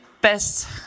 best